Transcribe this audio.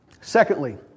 Secondly